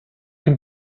can